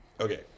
Okay